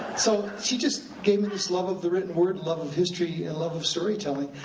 so, she just gave me this love of the written word, love of history, and love of storytelling.